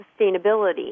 sustainability